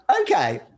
Okay